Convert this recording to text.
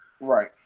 Right